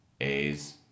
A's